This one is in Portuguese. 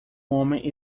homem